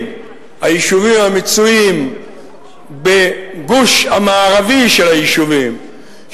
היישובים המצויים בגוש המערבי של היישובים,